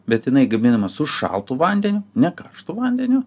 bet jinai gaminama su šaltu vandeniu ne karštu vandeniu